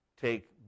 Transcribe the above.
take